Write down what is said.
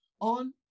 on